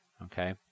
Okay